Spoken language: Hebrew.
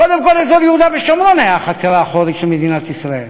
קודם כול אזור יהודה ושומרון היה החצר האחורית של מדינת ישראל,